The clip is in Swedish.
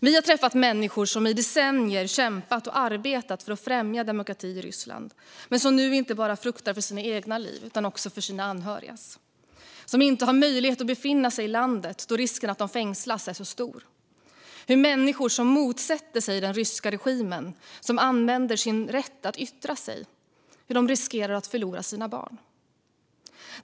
Vi har träffat människor som i decennier har kämpat och arbetat för att främja demokrati i Ryssland men som nu fruktar inte bara för sitt eget liv utan också sina anhörigas och som inte har möjlighet att befinna sig i landet då risken att de fängslas är så stor. Människor som motsätter sig den ryska regimen och som använder sin rätt att yttra sig riskerar att förlora sina barn.